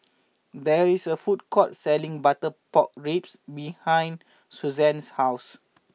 there is a food court selling Butter pork Ribs behind Susann's house